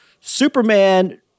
Superman